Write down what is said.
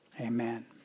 amen